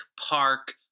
park